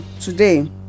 today